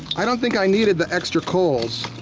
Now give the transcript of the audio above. i don't think i needed the extra coals.